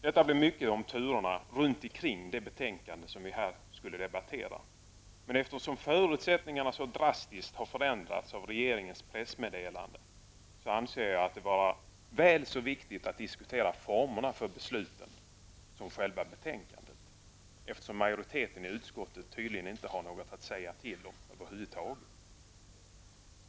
Detta blev mycket om turerna runtikring det betänkande som vi här i dag skulle debattera, men eftersom förutsättningarna drastiskt har förändrats av regeringens pressmeddelande, anser jag det vara väl så viktigt att diskutera formerna för besluten som själva betänkandet, eftersom majoriteten i utskottet tydligen inte har något att säga till om över huvud taget.